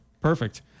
Perfect